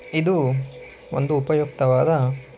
ಇದು ಒಂದು ಉಪಯುಕ್ತವಾದ